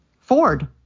Ford